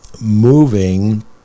moving